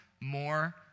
more